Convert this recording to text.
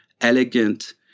elegant